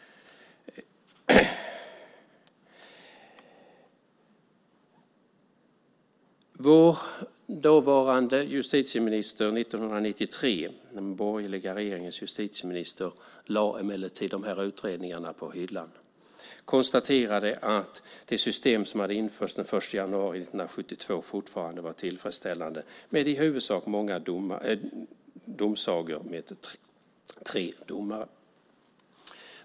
Den borgerliga regeringens justitieminister lade år 1993 de utredningarna på hyllan och konstaterade att det system som hade införts den 1 januari 1972 fortfarande var tillfredsställande med i huvudsak många domsagor med tre domare.